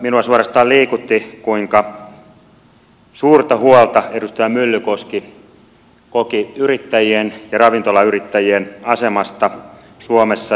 minua suorastaan liikutti kuinka suurta huolta edustaja myllykoski koki yrittäjien ja ravintolayrittäjien asemasta suomessa